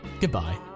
Goodbye